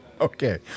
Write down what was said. Okay